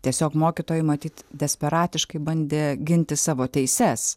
tiesiog mokytojai matyt desperatiškai bandė ginti savo teises